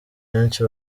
benshi